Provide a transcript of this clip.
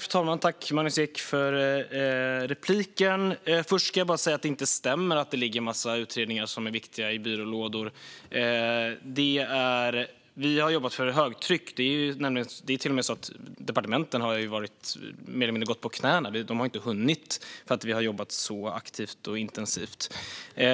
Fru talman! Jag tackar Magnus Ek för repliken. Först ska jag bara säga att det inte stämmer att det ligger en massa viktiga utredningar i byrålådor. Vi har jobbat för högtryck. Departementen har mer eller mindre gått på knäna. De har inte hunnit med eftersom vi har jobbat så aktivt och intensivt. Vi